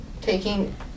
taking